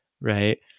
right